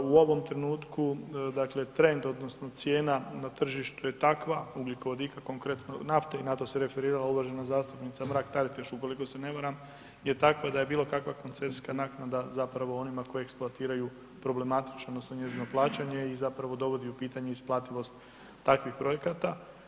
U ovom trenutku dakle trend odnosno cijena na tržištu je takva ugljikovodika, konkretno nafte i na to se referirala uvažena zastupnica Mrak Taritaš ukoliko se ne varam, je takva da je bilo kakva koncesijska naknada zapravo onima koji eksploatiraju problematična odnosno njezino plaćanje i zapravo dovodi u pitanje isplativost takvih projekata.